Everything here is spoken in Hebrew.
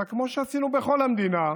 אלא כמו שעשינו בכל המדינה,